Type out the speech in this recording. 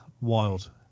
wild